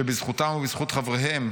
שבזכותם ובזכות חבריהם,